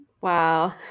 Wow